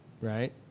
right